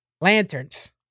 lanterns